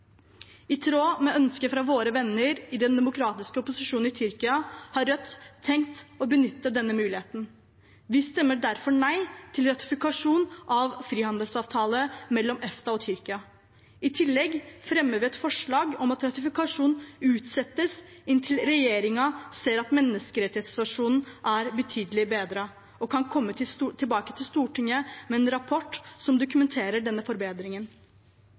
I tråd med ønsket fra våre venner i den demokratiske opposisjonen i Tyrkia har Rødt tenkt å benytte denne muligheten. Vi stemmer derfor nei til ratifikasjon av frihandelsavtalen mellom EFTA og Tyrkia. I tillegg fremmer vi et forslag om at ratifikasjonen utsettes inntil regjeringen ser at menneskerettighetssituasjonen er betydelig bedret og kan komme tilbake til Stortinget med en rapport som dokumenterer denne forbedringen.